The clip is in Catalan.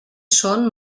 són